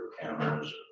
cameras